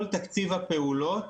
כל תקציב הפעולות